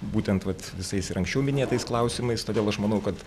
būtent vat visais ir anksčiau minėtais klausimais todėl aš manau kad